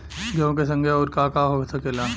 गेहूँ के संगे आऊर का का हो सकेला?